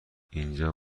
اینجا